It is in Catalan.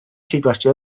situació